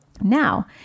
Now